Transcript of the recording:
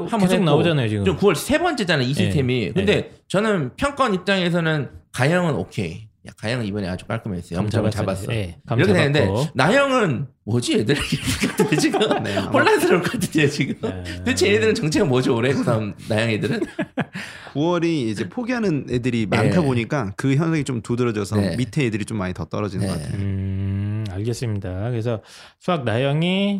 한 번 계속 했고, 나오잖아요, 지금. 9월 세 번째잖아요, 이 시스템이. 네. 근데 네. 저는 평가원 입장에서는 가형은 오케이. 야, 가형은 이번에 아주 깔끔했어요. 감 영점을 잡았어요. 잡았어. 네, 이렇게 감 되는데, 잡았고. 나형은 뭐지, 얘들? 이렇게 생각하는데 지금. 네. 혼란스러울 것 같은데, 지금. 네. 대체 얘네들은 정체가 뭐죠, 올해? 그다음 나형 애들은? 9월이 이제 포기하는 애들이 많다 네. 보니까 그 현상이 좀 두드러져서 네. 밑에 애들이 좀 많이 더 떨어지는 네. 것 같아요. 음, 알겠습니다. 그래서 수학 나형이,